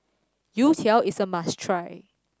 Youtiao is a must try